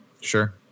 Sure